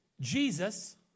Jesus